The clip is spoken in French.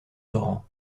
torrent